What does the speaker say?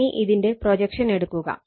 ഇനി ഇതിന്റെ പ്രൊജക്ഷൻ എടുക്കുക